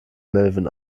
melvin